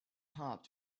hobs